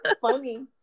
funny